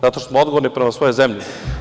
Zato što smo odgovorni prema svojoj zemlji.